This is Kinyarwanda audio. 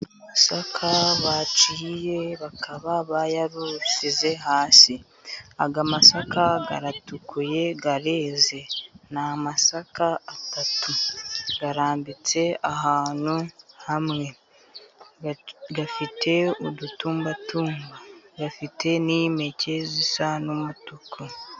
Amasaka baciye bakaba bayashyize hasi, aya amasaka aratukuye areze, ni amasaka atatu arambitse ahantu hamwe afite udutumba tumba, afite n'impeke zisa n'umutuku.